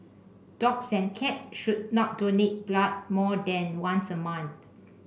dogs and cats should not donate blood more than once a month